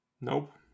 Nope